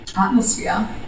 atmosphere